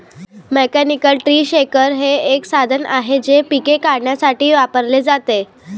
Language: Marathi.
मेकॅनिकल ट्री शेकर हे एक साधन आहे जे पिके काढण्यासाठी वापरले जाते